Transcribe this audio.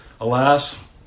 Alas